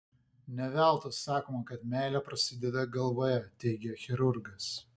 ne veltui sakoma kad meilė prasideda galvoje teigia chirurgas